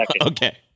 Okay